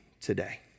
today